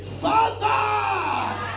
father